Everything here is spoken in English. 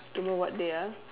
tomorrow what day ah